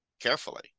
Carefully